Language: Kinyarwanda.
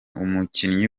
umukinnyi